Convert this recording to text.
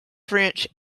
french